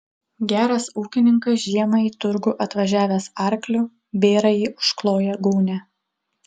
geras ūkininkas žiemą į turgų atvažiavęs arkliu bėrąjį užkloja gūnia